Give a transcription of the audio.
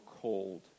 cold